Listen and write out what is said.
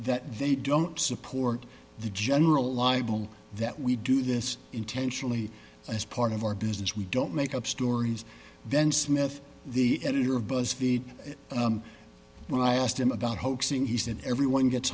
that they don't support the general libel that we do this intentionally as part of our business we don't make up stories then smith the editor of buzz feed when i asked him about hoaxing he said everyone gets